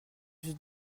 juste